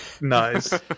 Nice